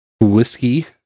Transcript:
Whiskey